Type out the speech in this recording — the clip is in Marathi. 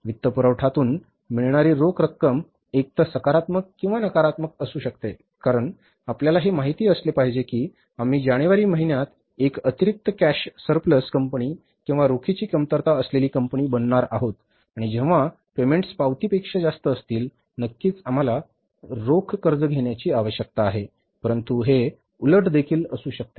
वित्तपुरवठाातून मिळणारी रोख रक्कम एकतर सकारात्मक किंवा नकारात्मक असू शकते कारण आपल्याला हे माहित असले पाहिजे की आम्ही जानेवारी महिन्यात एक अतिरिक्त कॅश सरप्लस कंपनी किंवा रोखीची कमतरता असलेली कंपनी बनणार आहोत आणि जेव्हा पेमेंट्स पावतीपेक्षा जास्त असतील नक्कीच आम्हाला रोख कर्ज घेण्याची आवश्यकता आहे परंतु हे उलट देखील असू शकते